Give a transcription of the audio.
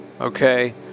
Okay